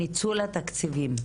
מהתחומים,